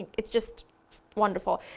it's just wonderful.